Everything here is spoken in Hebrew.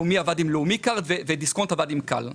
לאומי עבד עם לאומי קארד ודיסקונט עבד עם כאל.